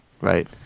right